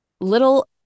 little